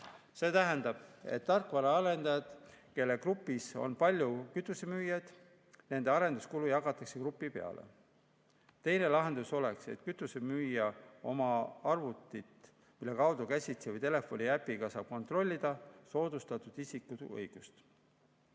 See tähendab, et tarkvara arendajate grupis on palju kütusemüüjaid ja kogu arenduskulu jagatakse grupi peale. Teine lahendus oleks, et kütusemüüjal on arvuti, mille abil saab käsitsi või telefoniäpiga kontrollida soodustatud isikute õigust